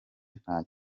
nta